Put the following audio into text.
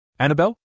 Annabelle